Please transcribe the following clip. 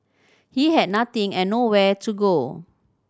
he had nothing and nowhere to go